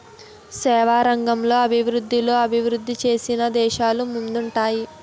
సేవల రంగం అభివృద్ధిలో అభివృద్ధి చెందిన దేశాలు ముందుంటాయి